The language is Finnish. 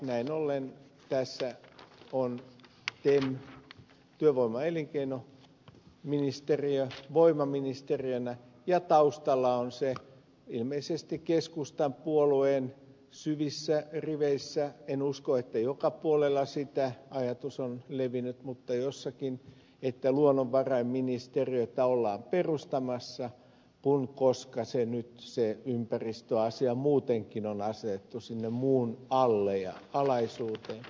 näin ollen tässä on tem työvoima ja elinkeinoministeriö voimaministeriönä ja taustalla on ilmeisesti keskustapuolueen syvissä riveissä ajatus en usko että joka puolella sitä ajatus on levinnyt mutta jossakin että luonnonvarainministeriötä ollaan perustamassa koska se ympäristöasia nyt muutenkin on asetettu sinne muun alle ja alaisuuteen